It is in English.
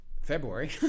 February